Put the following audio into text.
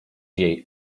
jej